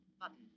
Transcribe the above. button